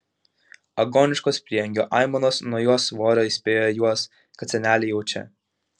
agoniškos prieangio aimanos nuo jos svorio įspėjo juos kad senelė jau čia